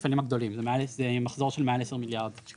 הגדולים זה מחזור של מעל 10 מיליארד ₪.